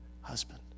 husband